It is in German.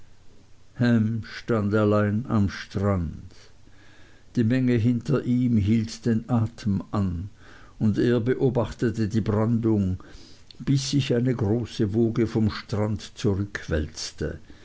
allein am strand die menge hinter ihm hielt den atem an und er beobachtete die brandung bis sich eine große woge vom strand